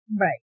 right